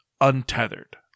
untethered